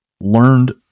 learned